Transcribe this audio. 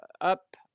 up